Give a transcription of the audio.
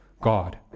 God